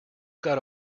got